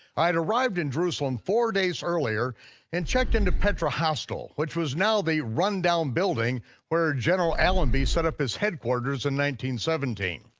i'd arrived in jerusalem four days earlier and checked into petra hostel, which was now the rundown building where general allenby set up his headquarters in seventeen.